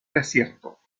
desierto